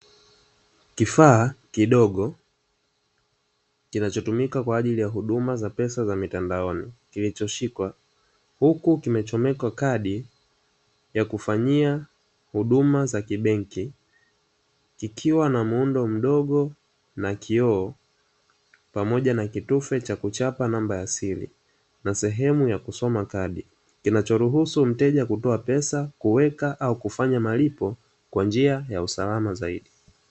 Kifaa kidogo kinachotumika kwa ajili ya huduma za pesa za mitandaoni, kilichoshikwa huku kimechomeka kadi ya kufanyia huduma za kibenki. Kikiwa na muundo mdogo na kioo pamoja na kitufe cha kuchapa namba ya siri, na sehemu ya kusoma kadi. Kinachoruhusu mteja kutoa pesa kuweka au kufanya malipo kwa njia ya usalama zaidi.